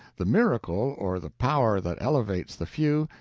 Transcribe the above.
the miracle, or the power that elevates the few,